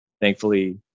thankfully